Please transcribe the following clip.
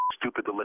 stupid